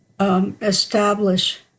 establish